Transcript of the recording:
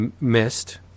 missed